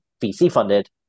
VC-funded